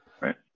Right